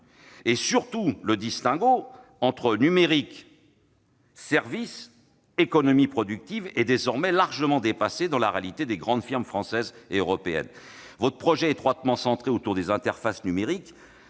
Surtout, le distinguo entre numérique, services et économie productive est désormais largement dépassé dans la réalité des grandes firmes françaises et européennes. Votre projet, monsieur le ministre, étroitement centré sur les interfaces numériques